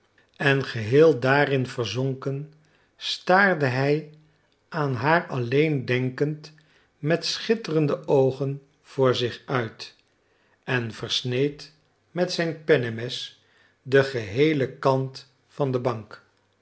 en geheel daarin verzonken staarde hij aan haar alleen denkend met schitterende oogen voor zich uit en versneed met zijn pennemes den geheelen kant van den bank